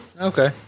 Okay